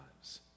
lives